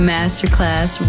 Masterclass